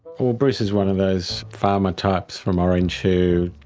well, bruce is one of those farmer types from orange who,